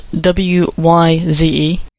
W-Y-Z-E